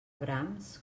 brams